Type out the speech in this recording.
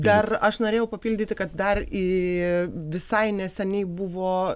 dar aš norėjau papildyti kad dar į visai neseniai buvo